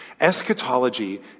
Eschatology